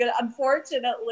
Unfortunately